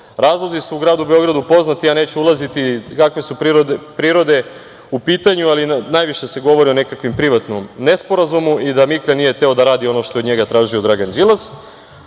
porukom. Razlozi su u gradu Beogradu poznati, ja neću ulaziti kakve su prirode u pitanju ali najviše se govori o nekakvom privatnom nesporazumu i da Miklja nije hteo da radi ono što je od njega tražio Dragan Đilas. Ali,